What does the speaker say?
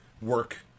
work